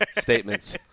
statements